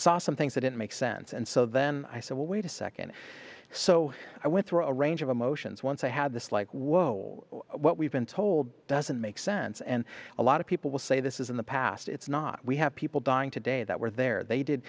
saw some things that didn't make sense and so then i said well wait a second so i went through a range of emotions once i had this like whoa what we've been told doesn't make sense and a lot of people will say this is in the past it's not we have people dying today that were there they did